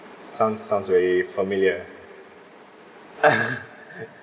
sounds sounds very familiar